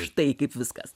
štai kaip viskas